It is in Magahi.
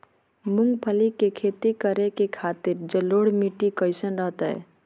मूंगफली के खेती करें के खातिर जलोढ़ मिट्टी कईसन रहतय?